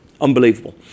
unbelievable